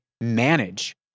manage